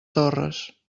torres